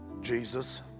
Jesus